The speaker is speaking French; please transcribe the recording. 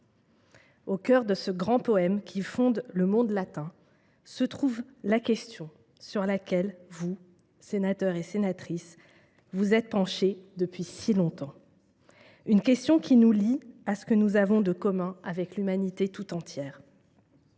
Au cœur de ce grand poème, qui fonde le monde latin, se trouve donc la question sur laquelle vous, sénateurs et sénatrices, vous êtes penchés depuis si longtemps. C’est une question qui nous lie à ce que nous avons de commun avec l’Humanité tout entière.